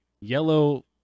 yellow